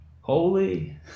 Holy